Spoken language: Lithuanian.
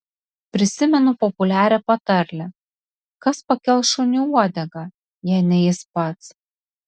prisimenu populiarią patarlę kas pakels šuniui uodegą jei ne jis pats